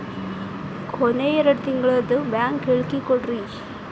ಕೊನೆ ಎರಡು ತಿಂಗಳದು ಬ್ಯಾಂಕ್ ಹೇಳಕಿ ಕೊಡ್ರಿ